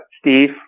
steve